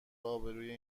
آبروئیه